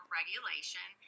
regulation